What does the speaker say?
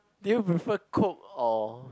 do you prefer coke or